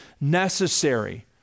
necessary